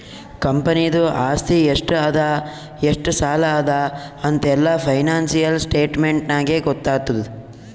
ಕಂಪನಿದು ಆಸ್ತಿ ಎಷ್ಟ ಅದಾ ಎಷ್ಟ ಸಾಲ ಅದಾ ಅಂತ್ ಎಲ್ಲಾ ಫೈನಾನ್ಸಿಯಲ್ ಸ್ಟೇಟ್ಮೆಂಟ್ ನಾಗೇ ಗೊತ್ತಾತುದ್